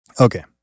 Okay